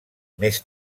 més